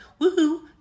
woohoo